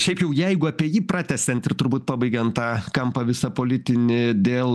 šiaip jau jeigu apie jį pratęsiant ir turbūt pabaigiant tą kampą visą politinį dėl